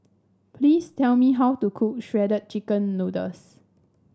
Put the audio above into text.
please tell me how to cook Shredded Chicken Noodles